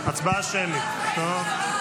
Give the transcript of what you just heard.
הצבעה שמית, טוב.